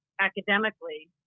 academically